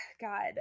God